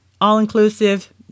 all-inclusive